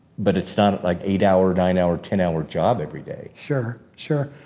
but it's not like eight hour, nine hour, ten hour job every day. sure, sure.